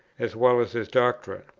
as well as his doctrine?